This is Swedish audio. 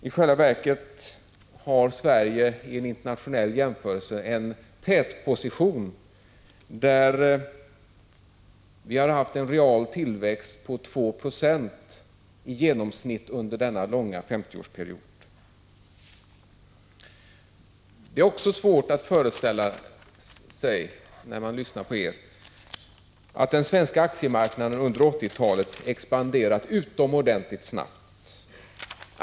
I själva verket har Sverige i en internationell jämförelse en tätposition, där vi haft en real tillväxt på 2 90 i genomsnitt under den långa 50-årsperioden. Det är också svårt att föreställa sig, när man lyssnar på er, att den svenska aktiemarknaden under 1980-talet expanderat utomordentligt snabbt.